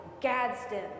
Gadsden